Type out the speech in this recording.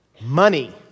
money